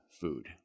food